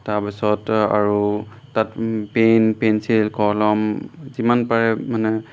তাৰপিছত আৰু তাত পে'ন পেঞ্চিল কলম যিমান পাৰে মানে